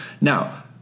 Now